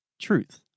truth